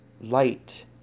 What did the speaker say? light